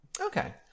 Okay